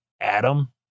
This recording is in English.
Adam